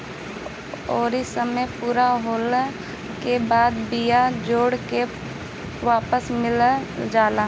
अउर समय पूरा होला के बाद बियाज जोड़ के वापस मिल जाला